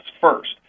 first